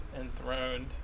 enthroned